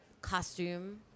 costume